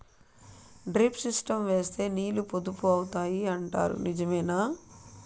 Drip system వేస్తే నీళ్లు పొదుపు అవుతాయి అంటారు నిజమేనా?